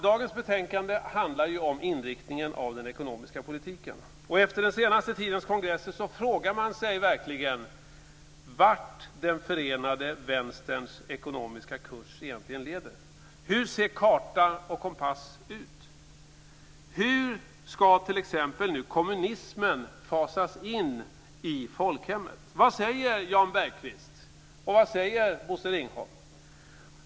Dagens betänkande handlar ju om inriktningen på den ekonomiska politiken. Efter den senaste tidens kongresser frågar man sig verkligen vart den förenade vänsterns ekonomiska kurs egentligen leder. Hur ser karta och kompass ut? Hur ska t.ex. nu kommunismen fasas in i folkhemmet? Vad säger Jan Bergqvist och Bosse Ringholm?